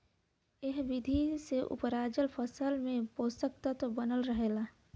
एह विधि से उपराजल फसल में पोषक तत्व बनल रहेला